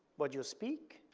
what you speak,